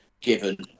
given